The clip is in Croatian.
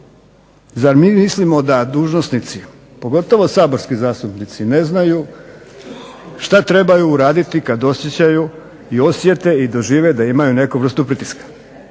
zar mi mislimo da dužnosnici, pogotovo saborski zastupnici ne znaju šta trebaju uraditi kad osjećaju i osjete i dožive da imaju neku vrstu pritiska.